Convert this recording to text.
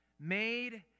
made